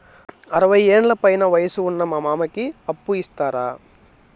అరవయ్యేండ్ల పైన వయసు ఉన్న మా మామకి అప్పు ఇస్తారా